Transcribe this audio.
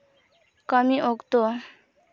ᱠᱟᱹᱢᱤ ᱚᱠᱛᱚ